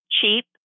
cheap